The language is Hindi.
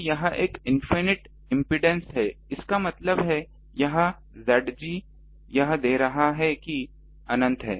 तो यह एक इनफिनिट इम्पीडेन्स है इसका मतलब है यह Zg यह दे रहा है कि अनंत है